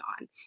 on